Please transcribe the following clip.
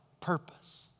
purpose